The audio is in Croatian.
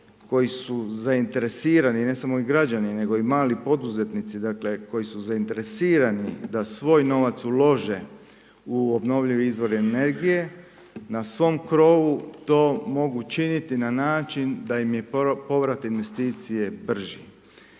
koji su zainteresirani ne samo građani nego i mali poduzetnici, dakle, koji su zainteresirani da svoj novac ulože u obnovljive izvore energije, na svom krovu, to mogu činiti na način da je povrat investicije brži.